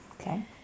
Okay